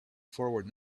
forward